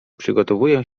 przygotowuję